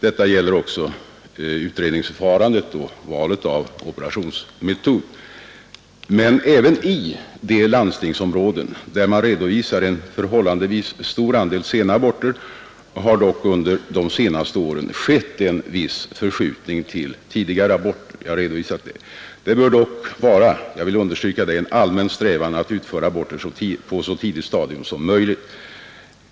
Detta gäller också utredningsförfarandet och valet av operationsmetod. Men även i de landstingsområden där man redovisar en förhållandevis stor andel sena aborter har det dock under de senaste åren skett en viss förskjutning till tidigare aborter — jag har redovisat det. Det bör dock — jag vill understryka det — vara en allmän strävan att utföra aborterna på så tidigt stadium som möjligt.